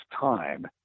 time